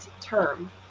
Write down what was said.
term